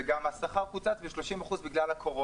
וגם השכר של העובד קוצץ ב-30% בגלל הקורונה.